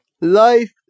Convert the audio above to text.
Life